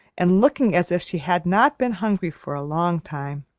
and looking as if she had not been hungry for a long time.